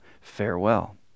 Farewell